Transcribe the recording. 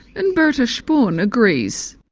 and bertha sporn agrees.